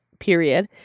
period